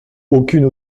aucune